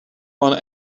want